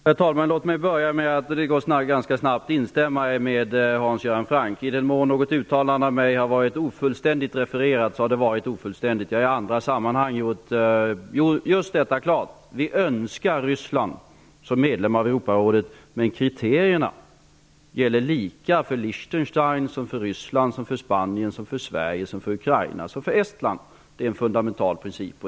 Herr talman! Låt mig börja med att instämma i det som Hans Göran Franck sade. Det går ganska snabbt. I den mån något uttalande av mig har varit oklart har det varit ofullständigt refererat. Jag har i andra sammanhang gjort klart att vi önskar Ryssland som medlem av Europarådet men att kriterierna gäller lika för Lichtenstein, Det är en fundamental princip.